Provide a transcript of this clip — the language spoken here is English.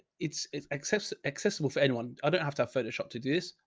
it's it's access accessible for anyone. i don't have to have photoshop to do this.